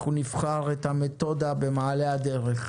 אנחנו נבחר את המתודה במעלה הדרך.